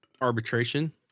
arbitration